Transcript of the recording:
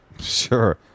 Sure